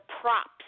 props